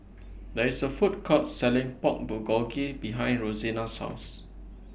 There IS A Food Court Selling Pork Bulgogi behind Rosina's House